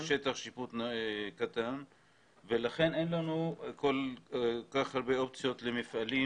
מדובר בשטח שיפוט קטן ולכן אין לנו כל כך הרבה אופציות למפעלים